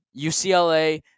UCLA